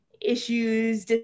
issues